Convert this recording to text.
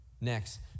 Next